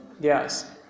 Yes